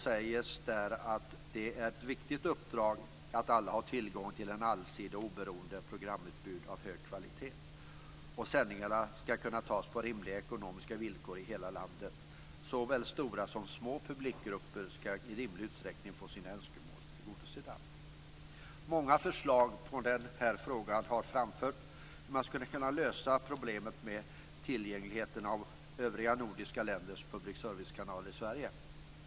Där framgår att det är ett viktigt uppdrag att alla har tillgång till ett allsidigt och oberoende programutbud av hög kvalitet. Sändningarna ska kunna fås på rimliga ekonomiska villkor i hela landet. Såväl stora som små publikgrupper ska i rimlig utsträckning få sina önskemål tillgodosedda. Många förslag har framförts, t.ex. att det går att lösa problemet med tillgängligheten av övriga nordiska länders public service-kanaler i Sverige.